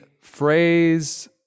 phrase